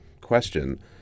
question